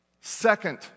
Second